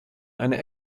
eine